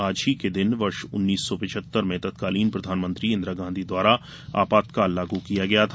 आज ही के दिन वर्ष उन्नीस सौ पिचहत्तर में तत्कालीन प्रधानमंत्री इंदिरा गांधी द्वारा आपातकाल लागू किया गया था